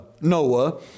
Noah